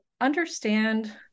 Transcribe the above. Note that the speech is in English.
understand